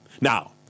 Now